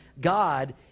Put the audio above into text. God